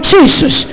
Jesus